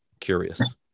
Curious